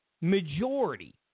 majority